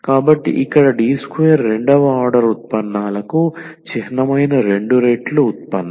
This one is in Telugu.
కాబట్టి ఇక్కడ D2రెండవ ఆర్డర్ ఉత్పన్నాలకు చిహ్నమైన రెండు రెట్లు ఉత్పన్నం